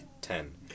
ten